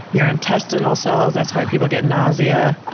your intestinal cells, that's why people get nausea,